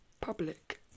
public